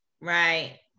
Right